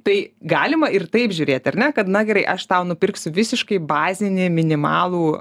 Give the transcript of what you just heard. tai galima ir taip žiūrėti ar ne kad na gerai aš tau nupirksiu visiškai bazinį minimalų